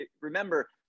Remember